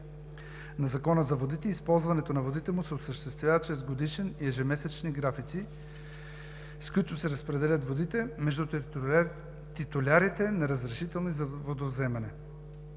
на Закона за водите и използването на водите му се осъществява чрез годишни и ежемесечни графици, с които се разпределят водите между титулярите на разрешителни за водовземане.